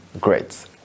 great